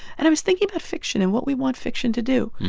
and i was thinking about fiction and what we want fiction to do.